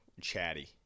chatty